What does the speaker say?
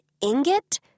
ingot